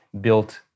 built